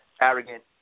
arrogant